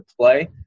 play